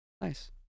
Nice